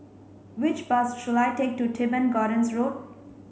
which bus should I take to Teban Gardens Road